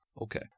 Okay